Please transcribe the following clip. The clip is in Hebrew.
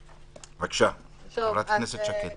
בבקשה, חברת הכנסת שקד.